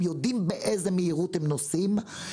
הם יודעים באיזו מהירות הם נוסעים,